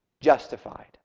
justified